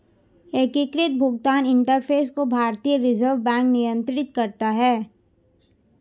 एकीकृत भुगतान इंटरफ़ेस को भारतीय रिजर्व बैंक नियंत्रित करता है